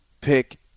pick